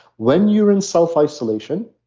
when you're in self isolation,